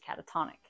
catatonic